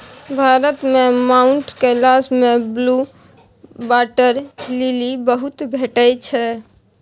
भारत मे माउंट कैलाश मे blue water lily बहुत भेटै छै